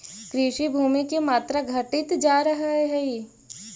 कृषिभूमि के मात्रा घटित जा रहऽ हई